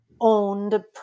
owned